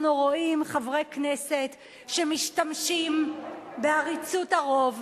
אנחנו רואים חברי כנסת שמשתמשים בעריצות הרוב,